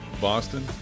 Boston